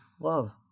love